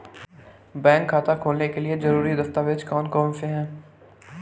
Bank खाता खोलने के लिए ज़रूरी दस्तावेज़ कौन कौनसे हैं?